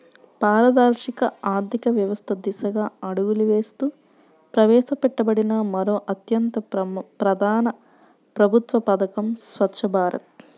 పారదర్శక ఆర్థిక వ్యవస్థ దిశగా అడుగులు వేస్తూ ప్రవేశపెట్టిన మరో అత్యంత ప్రధాన ప్రభుత్వ పథకం స్వఛ్చ భారత్